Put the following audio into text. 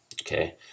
okay